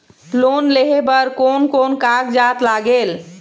Loan लेहे बर कोन कोन कागजात लागेल?